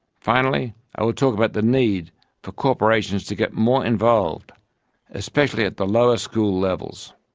finally, i will talk about the need for corporations to get more involved especially at the lower school levels.